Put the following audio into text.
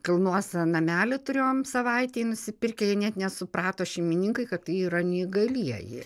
kalnuose namelį turėjom savaitei nusipirkę jie net nesuprato šeimininkai kad tai yra neįgalieji